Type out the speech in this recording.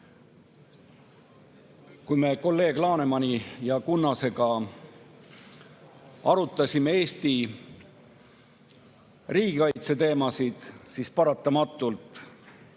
me kolleeg Lanemani ja Kunnasega arutasime Eesti riigikaitse teemasid, siis paratamatult